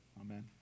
amen